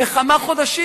בכמה חודשים.